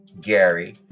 Gary